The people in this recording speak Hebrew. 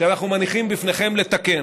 שאנחנו מניחים בפניכם, לתקן.